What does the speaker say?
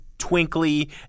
Twinkly